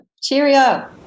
Cheerio